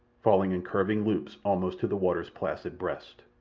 falling in curving loops almost to the water's placid breast.